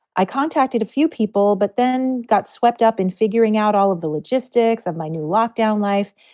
i contacted a few people, but then got swept up in figuring out all of the logistics of my new lockdown life.